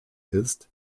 ist